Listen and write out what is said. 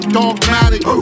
dogmatic